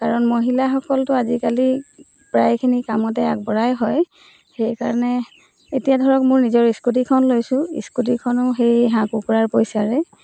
কাৰণ মহিলাসকলতো আজিকালি প্ৰায়খিনি কামতে আগবঢ়াই হয় সেইকাৰণে এতিয়া ধৰক মোৰ নিজৰ স্কুটিখন লৈছোঁ স্কুটিখনো সেই হাঁহ কুকুৰাৰ পইচাৰে